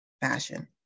fashion